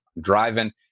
driving